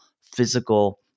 physical